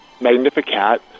Magnificat